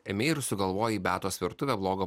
ėmei ir sugalvojai beatos virtuvė blogo